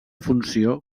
funció